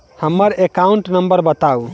हम्मर account number बताऊ?